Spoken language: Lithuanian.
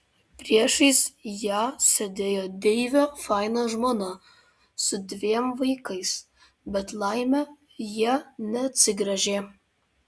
priešais ją sėdėjo deivio faino žmona su dviem vaikais bet laimė jie neatsigręžė